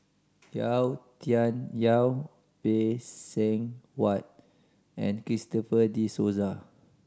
Yau Tian Yau Phay Seng Whatt and Christopher De Souza